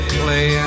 play